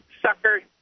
Sucker